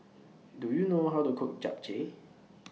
Do YOU know How to Cook Japchae